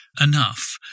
enough